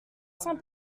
saint